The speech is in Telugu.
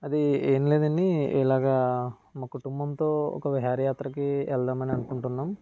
అది ఏంలేదు అండి ఇలాగా మా కుటుంబంతో ఒక విహార యాత్రకి వెళ్దాం అని అనుకుంటున్నాం